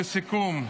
לסיכום,